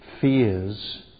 fears